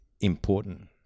important